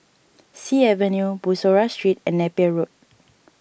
Sea Avenue Bussorah Street and Napier Road